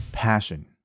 passion